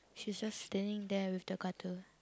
she's just standing there with the cutter